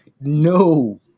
no